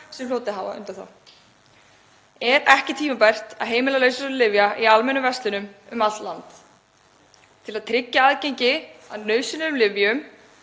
sem hlotið hafa undanþágu. Er ekki tímabært að heimila sölu lyfja í almennum verslunum um allt land til að tryggja aðgengi að nauðsynlegum lyfjum,